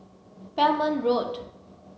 Belmont Road